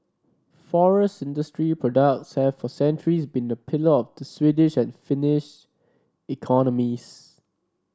forest industry products have for centuries been a pillar of the Swedish and Finnish economies